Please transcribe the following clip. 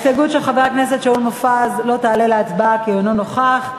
ההסתייגות של חבר הכנסת שאול מופז לא תעלה להצבעה כי הוא אינו נוכח.